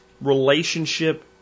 relationship